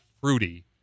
fruity